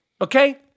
okay